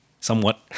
somewhat